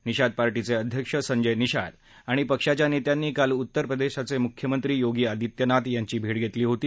निशाद पार्शिवे अध्यक्ष संजय निशाद आणि पक्षाच्या नेत्यांनी काल उत्तर प्रदेशाचे मुख्यमंत्री योगी आदित्यनाथ मोदी यांची भेक् घेतली होती